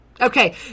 Okay